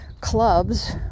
clubs